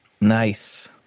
Nice